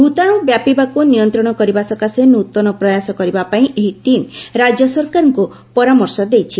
ଭୂତାଣୁ ବ୍ୟାପିବାକୁ ନିୟନ୍ତ୍ରଣ କରିବା ସକାଶେ ନୃତନ ପ୍ରୟାସ କରିବା ପାଇଁ ଏହି ଟିମ୍ ରାଜ୍ୟ ସରକାରଙ୍କୁ ପରାମର୍ଶ ଦେଇଛି